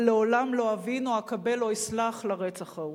אבל לעולם לא אבין או אקבל או אסלח לרצח ההוא.